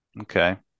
Okay